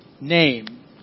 name